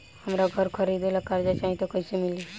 हमरा घर खरीदे ला कर्जा चाही त कैसे मिली?